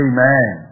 Amen